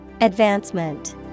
Advancement